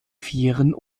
vieren